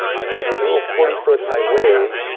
you see these little forty foot high waves,